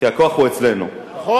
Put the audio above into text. כי הכוח הוא אצלנו, נכון.